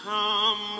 Come